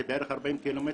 זה בערך 40 קילומטר.